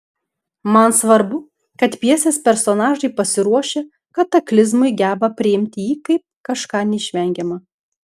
man svarbu kad pjesės personažai pasiruošę kataklizmui geba priimti jį kaip kažką neišvengiama